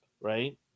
right